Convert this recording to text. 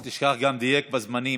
אל תשכח, גם דייק בזמנים.